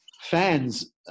fans